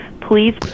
please